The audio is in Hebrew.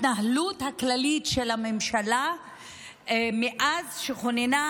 שאולי אנחנו הגשנו את האי-אמון תחת הכותרת "ממשלת כיבוש והתנחלויות",